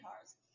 cars